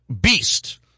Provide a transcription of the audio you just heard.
beast